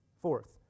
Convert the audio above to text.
Fourth